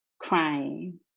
crying